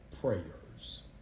prayers